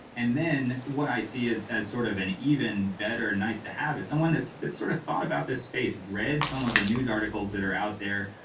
and then what i see is as sort of an even better nice to have is someone that's that's sort of thought about this space, read some of the news articles that are out there,